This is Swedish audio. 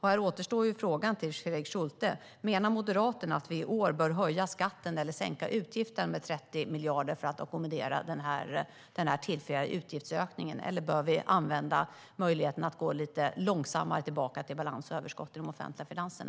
Här återstår frågan till Fredrik Schulte: Menar Moderaterna att vi i år bör höja skatten eller sänka utgifterna med 30 miljarder för att ackommodera den här tillfälliga utgiftsökningen? Eller bör vi använda möjligheten att gå lite långsammare tillbaka till balans och överskott i de offentliga finanserna?